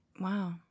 wow